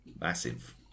Massive